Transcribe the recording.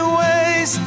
ways